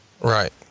Right